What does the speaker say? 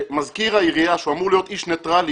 כשמזכיר העירייה שהוא אמור להיות איש ניטרלי,